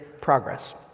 progress